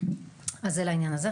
זה לעניין הזה.